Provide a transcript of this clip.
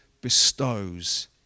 bestows